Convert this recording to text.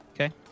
Okay